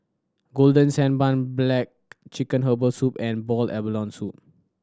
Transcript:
Golden Sand Bun black chicken herbal soup and boiled abalone soup